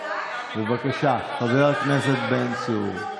בבקשה, חבר הכנסת בן צור.